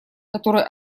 которые